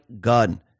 gun